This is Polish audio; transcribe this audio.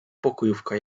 pokojówka